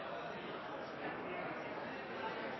er imidlertid i